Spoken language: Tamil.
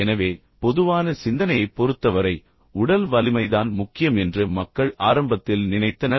எனவே பொதுவான சிந்தனையைப் பொறுத்தவரை உடல் வலிமைதான் முக்கியம் என்று மக்கள் ஆரம்பத்தில் நினைத்தனர்